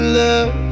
love